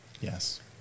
Yes